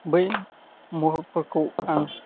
बै महरफोरखौ आं